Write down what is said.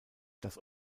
das